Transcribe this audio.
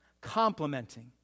complementing